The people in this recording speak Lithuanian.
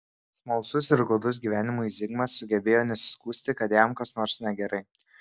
smalsus ir godus gyvenimui zigmas sugebėjo nesiskųsti kad jam kas nors negerai